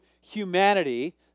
humanity